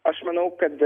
aš manau kad